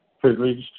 privileged